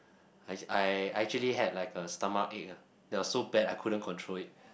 I ac~ I I actually had like a stomachache ah that was so bad I couldn't control it